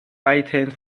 items